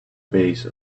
base